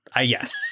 Yes